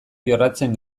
jorratzen